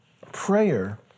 Prayer